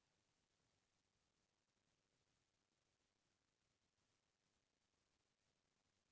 प्रजनन काम बर गोलर के चुनाव करना हर बहुत जरूरी होथे